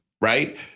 right